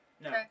No